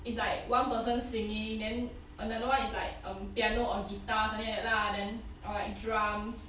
it's like one person singing then another one is like um piano or guitar something like that lah then or like drums